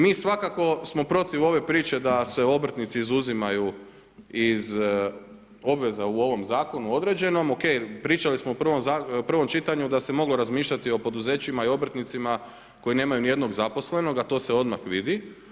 Mi svakako smo protiv ove priče da se obrtnici izuzimaju iz obveza u ovom zakonu određenom, OK pričali smo u prvom čitanju da se moglo razmišljati o poduzećima i obrtnicima koji nemaju ni jednog zaposlenog, a to se odmah vidi.